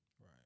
Right